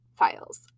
files